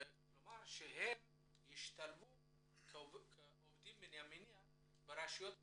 כלומר שהם ישתלבו כעובדים מן המניין ברשויות המקומיות.